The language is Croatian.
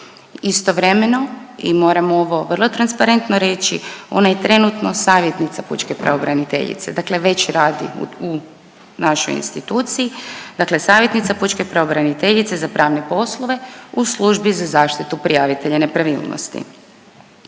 Istovremeno i moram ovo vrlo transparentno reći, ona je trenutno savjetnica Pučke pravobraniteljice dakle već radi u našoj instituciji, dakle savjetnica Pučke pravobraniteljice za pravne poslove u Službi za zaštitu prijavitelja i nepravilnosti.